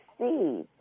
see